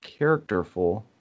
characterful